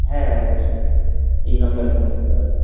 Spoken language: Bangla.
হ্যাঁ অবশ্যই এই নম্বরে ফোন করতে পারেন